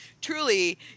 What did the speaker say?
truly